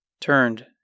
turned